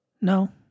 No